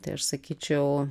tai aš sakyčiau